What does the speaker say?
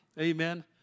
Amen